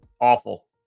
awful